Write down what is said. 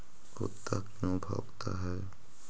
कुत्ता क्यों भौंकता है?